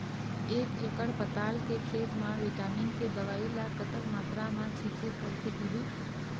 एक एकड़ पताल के खेत मा विटामिन के दवई ला कतक मात्रा मा छीचें करके होही?